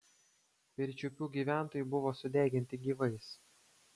pirčiupių gyventojai buvo sudeginti gyvais